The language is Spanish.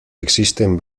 existen